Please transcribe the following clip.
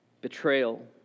betrayal